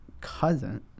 cousin